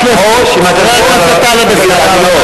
חבר הכנסת טלב אלסאנע,